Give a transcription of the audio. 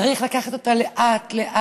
צריך לקחת אותה לאט-לאט.